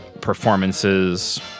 performances